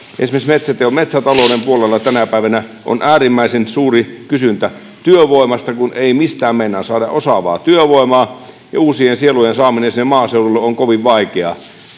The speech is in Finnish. esimerkiksi metsätalouden metsätalouden puolella tänä päivänä on äärimmäisen suuri kysyntä työvoimasta kun ei mistään meinaa saada osaavaa työvoimaa ja uusien sielujen saaminen sinne maaseudulle on kovin vaikeaa